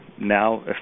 Now